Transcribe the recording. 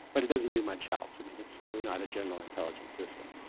but it doesn't do much else. i mean, it's really not a general intelligence system.